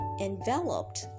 enveloped